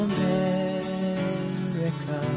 America